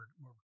more